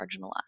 marginalized